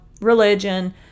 religion